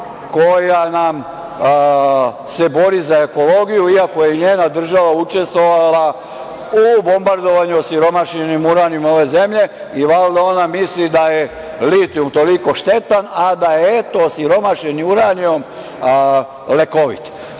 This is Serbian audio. koja nam se bori za ekologiju i ako je njena država učestvovala u bombardovanju osiromašenim uranijom ove zemlje i valjda ona misli da je litijum toliko štetan, a da eto, osiromašeni uranijum lekovit. Vrlo